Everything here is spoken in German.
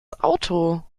auto